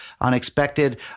unexpected